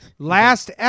Last